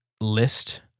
list